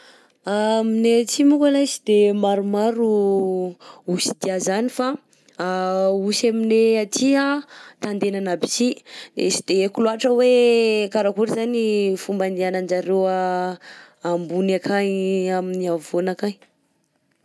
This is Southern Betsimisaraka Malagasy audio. Aminay aty moko lay sy de maromaro osidia zany fa osy aminay aty anh tandenana aby si de sy de haiko loatra hoe karakory zany fomba andehanan-jareo ambony akagny amin'ny havoana akagny.